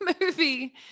movie